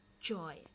joy